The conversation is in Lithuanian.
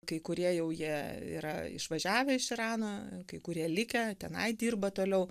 kai kurie jau jie yra išvažiavę iš irano kai kurie likę tenai dirba toliau